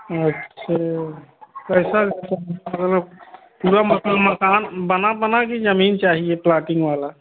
अच्छा ऐसा ऐसा माकन हो पूरा मतलब मकान बना बना कि ज़मीन चाहिए प्लाटिंग वाली